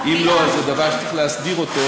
אם לא, זה דבר שצריך להסדיר אותו,